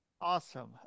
Awesome